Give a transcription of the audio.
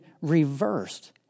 reversed